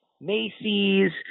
Macy's